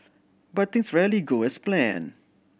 but things rarely go as planned